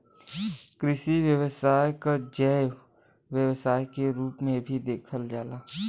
कृषि व्यवसाय क जैव व्यवसाय के रूप में भी देखल जाला